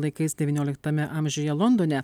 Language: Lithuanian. laikais devynioliktame amžiuje londone